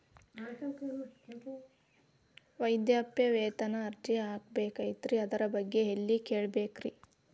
ವೃದ್ಧಾಪ್ಯವೇತನ ಅರ್ಜಿ ಹಾಕಬೇಕ್ರಿ ಅದರ ಬಗ್ಗೆ ಎಲ್ಲಿ ಕೇಳಬೇಕ್ರಿ?